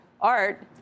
art